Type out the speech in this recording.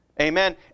Amen